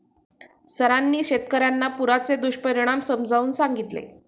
सरांनी शेतकर्यांना पुराचे दुष्परिणाम समजावून सांगितले